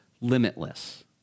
limitless